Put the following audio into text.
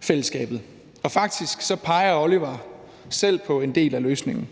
fællesskabet, og faktisk peger Oliver selv på en del af løsningen.